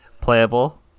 playable